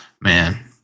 Man